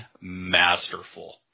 masterful